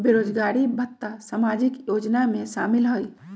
बेरोजगारी भत्ता सामाजिक योजना में शामिल ह ई?